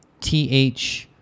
T-H